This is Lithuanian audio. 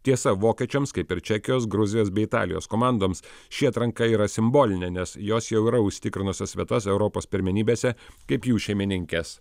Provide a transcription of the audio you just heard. tiesa vokiečiams kaip ir čekijos gruzijos bei italijos komandoms ši atranka yra simbolinė nes jos jau yra užsitikrinusios vietas europos pirmenybėse kaip jų šeimininkės